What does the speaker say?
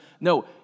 No